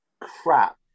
crap